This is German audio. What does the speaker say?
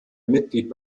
mitglied